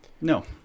no